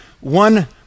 one